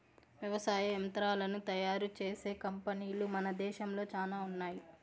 వ్యవసాయ యంత్రాలను తయారు చేసే కంపెనీలు మన దేశంలో చానా ఉన్నాయి